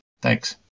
Thanks